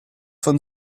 von